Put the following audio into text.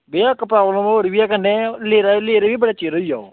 भेइया इक प्राबलम होर बी ऐ कन्नै लेदा लेदा बी बड़ा चिर होई आ ओह्